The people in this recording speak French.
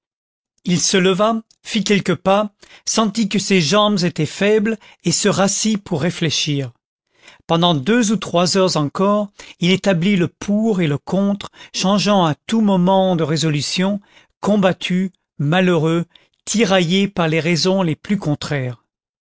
il se leva fit quelques pas sentit que ses jambes étaient faibles et se rassit pour réfléchir pendant deux ou trois heures encore il établit le pour et le contre changeant à tout moment de résolution combattu malheureux tiraillé par les raisons les plus contraires